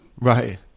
right